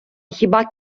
хіба